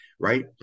right